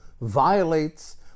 violates